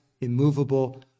immovable